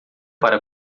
para